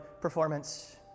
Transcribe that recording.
performance